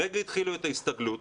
הרגע התחילו את ההסתגלות,